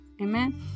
Amen